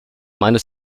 meine